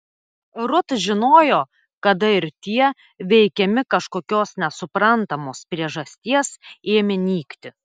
rut žinojo kada ir tie veikiami kažkokios nesuprantamos priežasties ėmė nykti